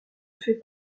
fait